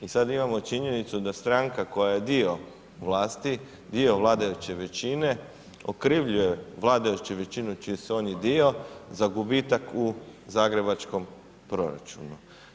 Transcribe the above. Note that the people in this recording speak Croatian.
I sada imamo činjenicu da stranka koja je dio vlasti, dio vladajuće većine okrivljuje vladajuće većine čiji su oni dio za gubitak u zagrebačkom proračunu.